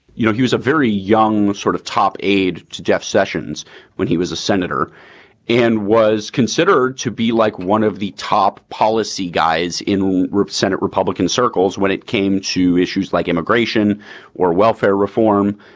you know, he was a very young sort of top aide to jeff sessions when he was a senator and was considered to be like one of the top policy guys in senate republican circles when it came to issues like immigration or welfare reform.